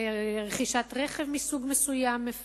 רכישת רכב מסוג מסוים, מפואר,